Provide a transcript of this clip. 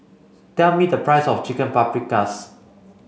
tell me the price of Chicken Paprikas